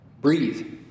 breathe